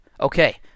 Okay